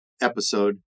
episode